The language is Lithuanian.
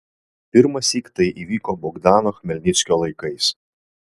pirmąsyk tai įvyko bogdano chmelnickio laikais